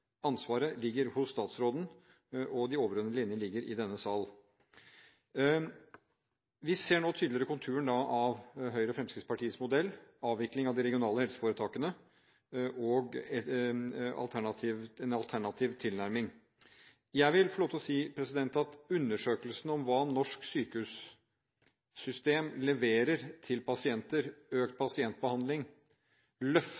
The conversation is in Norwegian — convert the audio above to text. Ansvaret ligger hos statsråden, og de overordnede linjene ligger i denne sal. Vi ser nå tydeligere konturen av Høyre og Fremskrittspartiets modell – avvikling av de regionale helseforetakene og en alternativ tilnærming. Jeg vil få lov til å si at undersøkelsen om hva norsk sykehussystem leverer til pasienter, økt